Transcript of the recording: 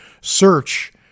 search